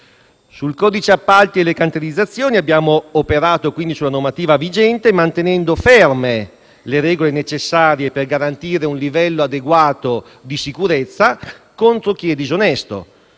Sul codice appalti e le cantierizzazioni abbiamo operato sulla normativa vigente, mantenendo ferme le regole necessarie per garantire un livello adeguato di sicurezza contro chi è disonesto,